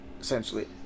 essentially